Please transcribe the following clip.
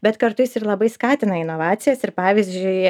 bet kartais ir labai skatina inovacijas ir pavyzdžiui